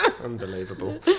Unbelievable